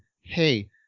hey